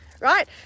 right